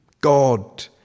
God